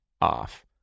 off